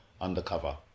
undercover